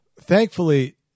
thankfully